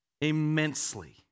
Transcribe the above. immensely